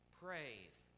praise